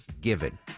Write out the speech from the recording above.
given